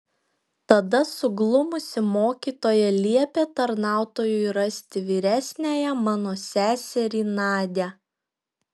tada suglumusi mokytoja liepė tarnautojui rasti vyresniąją mano seserį nadią